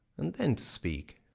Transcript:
and then to speak.